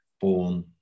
born